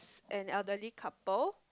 an elderly couple